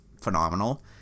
phenomenal